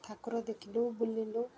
ଠାକୁର ଦେଖିଲୁ ବୁଲିଲୁ